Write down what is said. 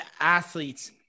athletes